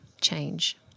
change